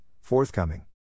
forthcoming